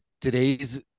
today's